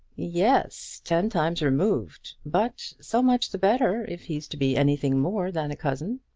yes ten times removed. but so much the better if he's to be anything more than a cousin.